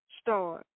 start